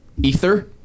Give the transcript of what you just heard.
Ether